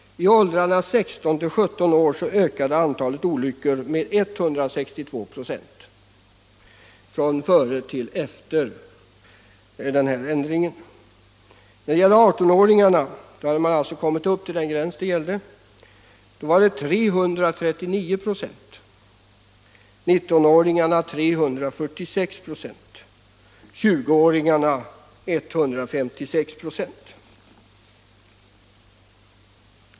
I åldrarna 16-17 år ökade antalet olyckor med 162 ". efter ändringen. För 18-åringarna — då hade man alltså kommit upp till den gräns som gällde — var ökningen 339 "., för 19-åringarna 346 "> och för 20-åringarna 256 "..